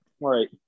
Right